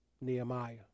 Nehemiah